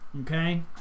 Okay